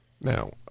Now